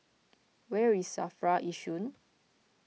where is Safra Yishun